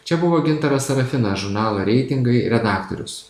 čia buvo gintaras serafinas žurnalo reitingai redaktorius